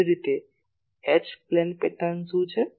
એ જ રીતે H plane pattern શું છે